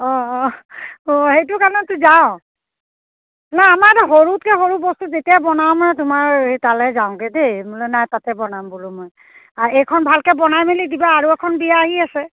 অঁ অঁ অঁ সেইটো কাৰণেতো যাওঁ নাই আমাৰ এটা সৰুতকৈ সৰু বস্তু যেতিয়াই বনাম এই তোমাৰ সেই তালেই যাওঁগৈ দেই বোলে নাই তাতে বনাম বোলো মই আৰু এইখন ভালকৈ বনাই মেলি দিবা আৰু এখন বিয়া আহি আছে